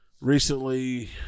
recently